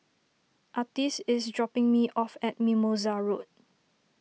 Artis is dropping me off at Mimosa Road